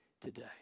today